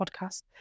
podcast